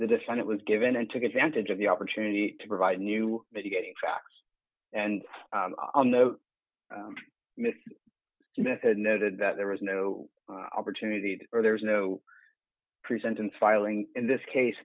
the defined it was given and took advantage of the opportunity to provide new mitigating facts and mrs smith had noted that there was no opportunity or there was no present and filing in this case